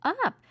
up